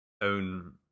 own